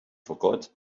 forgot